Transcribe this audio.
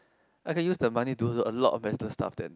I can use the money to do a lot of better stuff than